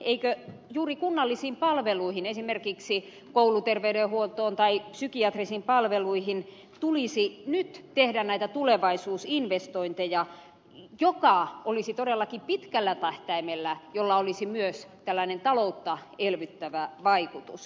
eikö juuri kunnallisiin palveluihin esimerkiksi kouluterveydenhuoltoon tai psykiatrisiin palveluihin tulisi nyt tehdä näitä tulevaisuusinvestointeja jolla olisi todellakin pitkällä tähtäimellä myös tällainen taloutta elvyttävä vaikutus